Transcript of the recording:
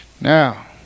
now